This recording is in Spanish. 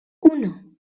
uno